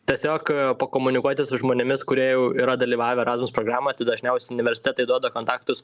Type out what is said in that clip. tiesiog pakomunikuoti su žmonėmis kurie jau yra dalyvavę erasmus programą tai dažniausiai universitetai duoda kontaktus